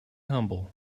humble